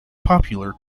popular